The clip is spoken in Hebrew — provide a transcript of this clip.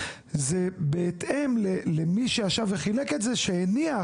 זה בהתאם למי שישב וחילק את זה והניח